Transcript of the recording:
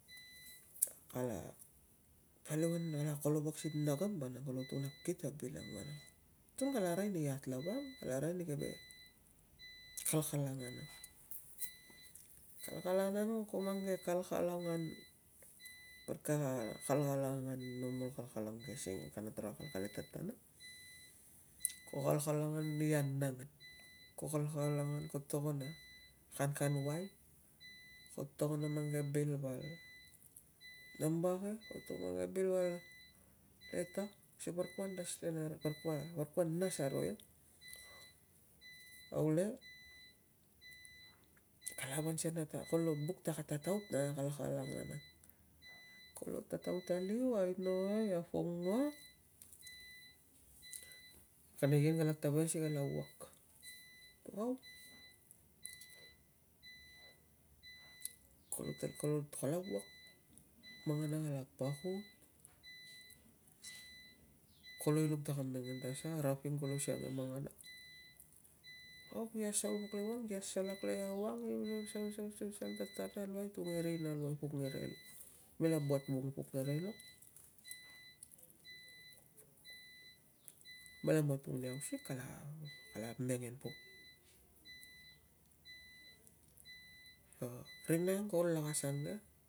Kala, paliu kolo voksi nanaggam, vanang, kolo tun akit ani bil ang vanang, kala ara i bil ang keve kalkalang ang, ang parik keve kalkalang ke singara kare taro po akalit tat- tana. ko kalkalang i anagan ko kalkalang ko kalangang ko to- ngon kankauai, ko to ngon mang ke bil val namba ke, ko to- ngon a mang ke bil val leta, pasikae, parik kua nas le na parik kua, parik kua nas aro ia. Aule van si ngan, na lo buk